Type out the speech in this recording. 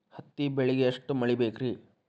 ಹತ್ತಿ ಬೆಳಿಗ ಎಷ್ಟ ಮಳಿ ಬೇಕ್ ರಿ?